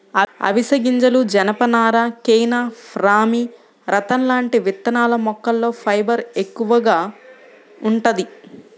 అవిశె గింజలు, జనపనార, కెనాఫ్, రామీ, రతన్ లాంటి విత్తనాల మొక్కల్లో ఫైబర్ ఎక్కువగా వుంటది